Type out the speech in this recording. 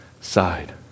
side